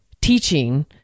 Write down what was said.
teaching